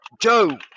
Joe